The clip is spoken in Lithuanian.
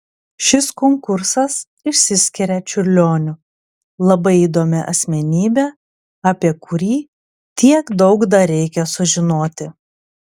šis konkursas išsiskiria čiurlioniu labai įdomia asmenybe apie kurį tiek daug dar reikia sužinoti